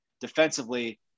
defensively